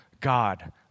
God